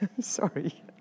sorry